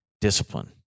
discipline